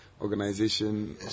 organization